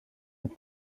with